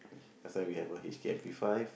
that's why we have a H_K M_P-five